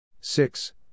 six